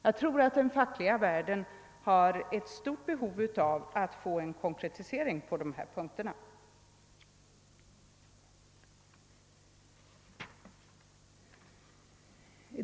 Jag tror att den fackliga världen har ett stort behov av att få en konkretisering på dessa punkter.